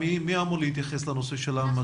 מי אמור להתייחס לנושא המתווה?